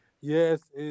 yes